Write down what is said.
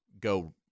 go